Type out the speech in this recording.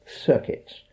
circuits